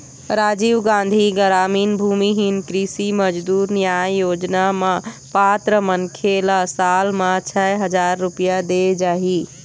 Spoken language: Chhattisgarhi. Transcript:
राजीव गांधी गरामीन भूमिहीन कृषि मजदूर न्याय योजना म पात्र मनखे ल साल म छै हजार रूपिया देय जाही